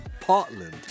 Portland